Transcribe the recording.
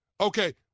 Okay